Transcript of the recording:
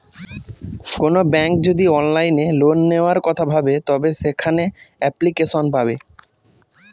কোনো ব্যাঙ্ক যদি অনলাইনে লোন নেওয়ার কথা ভাবে তবে সেখানে এপ্লিকেশন পাবে